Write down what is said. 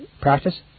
practice